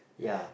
ya